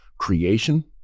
creation